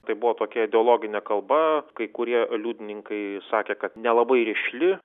tai buvo tokia ideologinė kalba kai kurie liudininkai sakė kad nelabai rišli